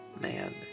man